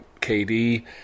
KD